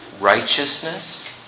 righteousness